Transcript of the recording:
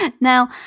Now